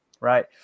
right